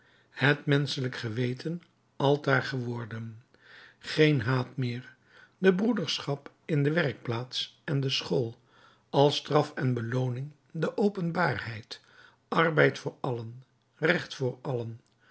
het menschelijk geweten altaar geworden geen haat meer de broederschap in de werkplaats en de school als straf en belooning de openbaarheid arbeid voor allen recht voor allen